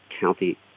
county